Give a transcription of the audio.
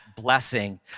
blessing